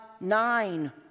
nine